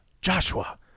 Joshua